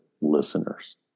listeners